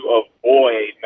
avoid